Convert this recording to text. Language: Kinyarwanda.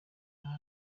niba